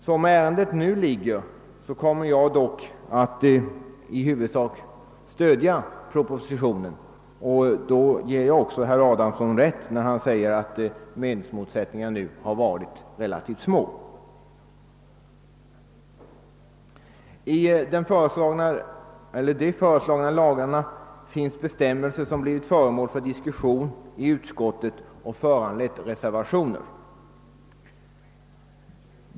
Som ärendet nu ligger till kommer jag dock att i huvudsak stödja propositionen. Jag kan också instämma i vad herr Adamsson sade om att meningsmotsättningarna har varit relativt små. I de föreslagna lagarna finns bestämmelser som blivit föremål för diskus sion i utskottet och föranlett reservationer.